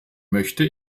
möchte